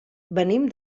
venim